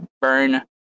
burn